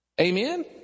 Amen